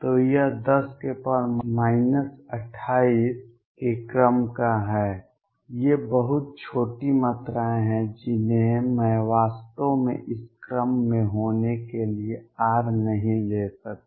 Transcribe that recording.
तो यह 10 28 के क्रम का है ये बहुत छोटी मात्राएँ हैं जिन्हें मैं वास्तव में इस क्रम में होने के लिए r नहीं ले सकता